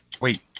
wait